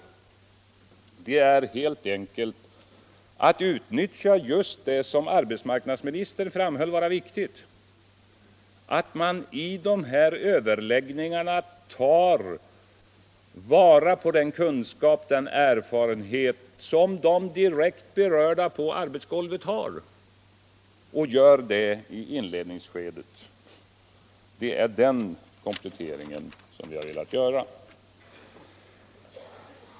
Det gäller helt enkelt i dessa förhandlingar att utnyttja det som arbetsmarknadsministern framhöll som viktigt, nämligen den kunskap och den erfarenhet som de direkt berörda på arbetsgolvet har, och det skall göras i inledningsskedet. Det är den kompletteringen som vi har velat göra.